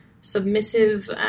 submissive